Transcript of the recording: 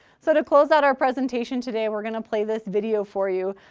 so to close out our presentation today, we're gonna play this video for you.